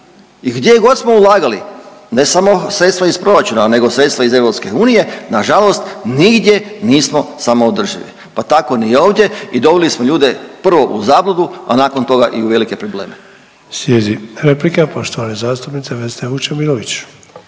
I gdje god smo ulagali ne samo sredstva iz proračuna, nego sredstva iz Europske unije na žalost nigdje nismo samoodrživi, pa tako ni ovdje i doveli smo ljude prvo u zabludu a nakon toga i u velike probleme. **Sanader, Ante (HDZ)** Slijedi replika poštovane zastupnice Vesne Vučemilović.